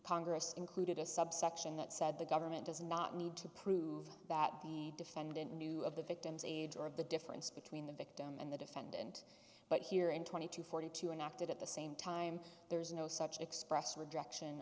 congress included a subsection that said the government does not need to prove that the defendant knew of the victim's age or of the difference between the victim and the defendant but here in twenty two forty two and acted at the same time there is no such express rejection